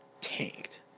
tanked